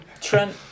Trent